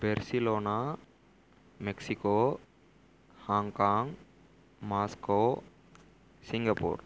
Barcelona Mexico Hong Kong Moscow Singapore